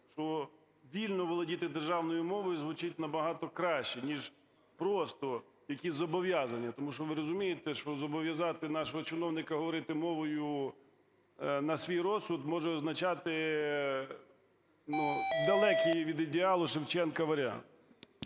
що вільно володіти державною мовою звучить набагато краще, ніж просто якісь зобов'язання? Тому що ви розумієте, що зобов'язати нашого чиновника говорити мовою на свій розсуд може означати, ну, далекий від ідеалу Шевченка варіант.